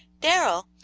darrell,